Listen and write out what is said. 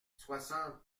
soixante